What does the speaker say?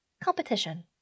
competition